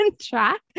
track